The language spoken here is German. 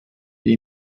die